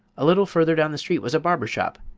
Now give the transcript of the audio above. a little further down the street was a barber shop,